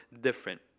different